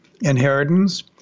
inheritance